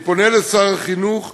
אני פונה לשר החינוך